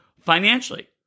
Financially